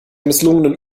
misslungenen